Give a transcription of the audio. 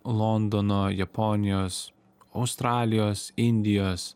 londono japonijos australijos indijos